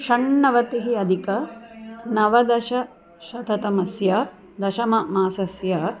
षण्णवति अधिक नवदशशततमस्य दशममासस्य